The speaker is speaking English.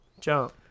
jump